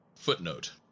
Footnote